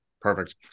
Perfect